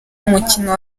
umukino